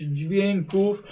dźwięków